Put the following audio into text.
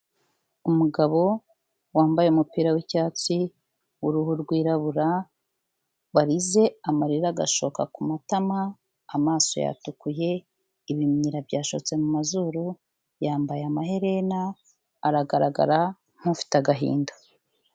Umugabo wambaye umupira w'icyatsi w'uruhu rwirabura warize amarira agashoka ku matama amaso yatukuye ibimyira byashotse mu mazuru yambaye amaherena aragaragara nk'ufite agahinda.